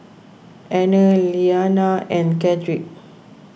Anner Iyanna and Cedrick